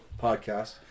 podcast